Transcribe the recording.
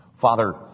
Father